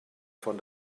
von